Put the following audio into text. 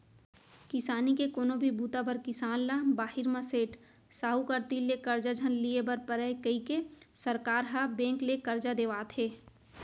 किसानी के कोनो भी बूता बर किसान ल बाहिर म सेठ, साहूकार तीर ले करजा झन लिये बर परय कइके सरकार ह बेंक ले करजा देवात हे